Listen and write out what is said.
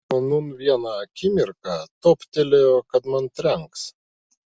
o nūn vieną akimirką toptelėjo kad man trenks